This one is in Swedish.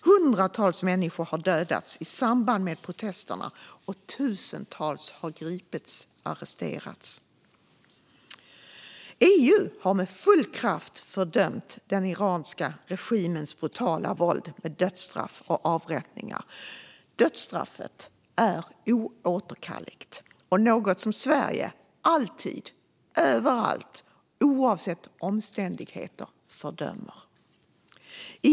Hundratals människor har dödats i samband med protesterna, och tusentals har gripits. EU har med full kraft fördömt den iranska regimens brutala våld med dödsstraff och avrättningar. Dödstraffet är oåterkalleligt och något som Sverige alltid, överallt och oavsett omständigheter fördömer.